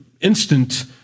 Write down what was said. instant